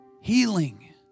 healing